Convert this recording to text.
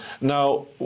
Now